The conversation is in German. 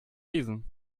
lesen